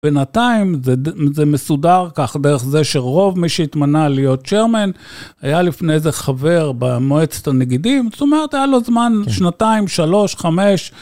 בינתיים זה, זה מסודר כך דרך זה שרוב מי שהתמנה להיות צ'רמן, היה לפני איזה חבר במועצת הנגידים. זאת אומרת, היה לו זמן - שנתיים, שלוש, חמש...